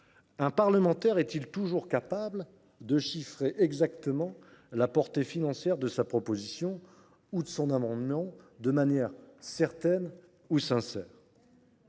Un parlementaire est il toujours capable de chiffrer la portée financière de sa proposition ou de son amendement de manière certaine et sincère ?